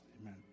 Amen